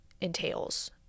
entails